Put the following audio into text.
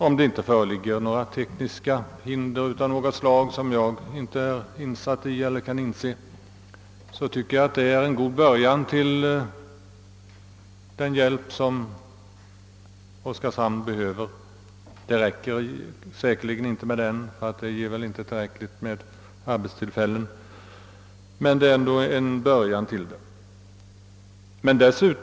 Om det inte föreligger några tekniska hinder, som jag inte känner till, så tycker jag att det skulle vara en god början på hjälpen till Oskarshamn. Den räcker säkerligen inte, eftersom den väl inte skapar tillräckligt många arbetstillfällen, men den är ändå en början.